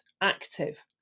active